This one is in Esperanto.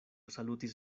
salutis